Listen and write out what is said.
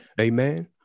Amen